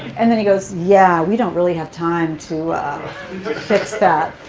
and then he goes, yeah, we don't really have time to fix that.